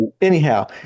Anyhow